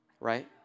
Right